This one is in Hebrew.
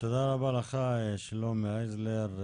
תודה רבה לך שלומי הייזלר,